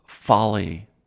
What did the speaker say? Folly